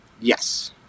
Yes